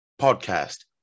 podcast